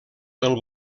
del